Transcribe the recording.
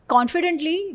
Confidently